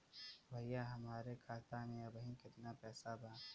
भईया हमरे खाता में अबहीं केतना पैसा बा?